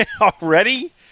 already